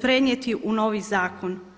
prenijeti u novi zakon.